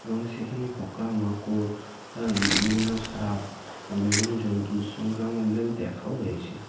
এবং সেখানে পোকামাকড় বিভিন্ন সাপ আর বিভিন্ন জন্তুর সঙ্গে আমাদের দেখাও হয়েছে